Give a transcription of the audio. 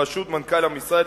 בראשות מנכ"ל המשרד,